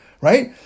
Right